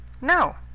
No